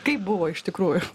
kaip buvo iš tikrųjų